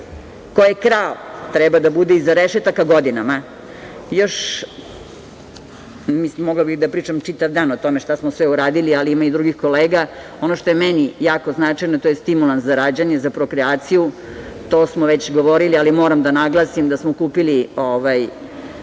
ko je krao treba da bude iza rešetaka godinama. Mogla bih da pričam čitav dan o tome šta smo sve uradili, ali ima i drugih kolega. Ono što je meni jako značajno to je stimulans za rađanje, za prokreaciju. To smo već govorili, ali moram da naglasim da smo kupili